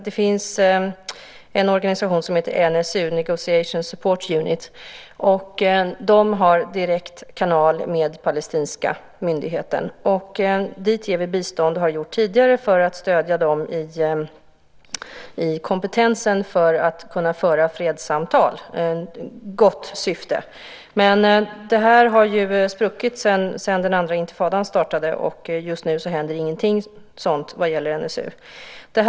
Det finns en organisation som heter NSU, Negotiation Support Unit. De har direkt kanal med Palestinska myndigheten. Dit ger vi bistånd och har gjort tidigare för att stödja dem i kompetensen för att kunna föra fredssamtal, ett gott syfte. Men det har ju spruckit sedan den andra intifadan startade. Just nu händer ingenting sådant vad gäller NSU.